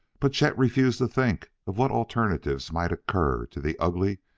but chet refused to think of what alternatives might occur to the ugly,